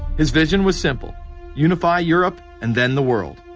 his vision was simple unify europe and then the world.